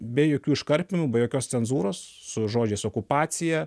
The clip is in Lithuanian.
be jokių iškarpymų be jokios cenzūros su žodžiais okupacija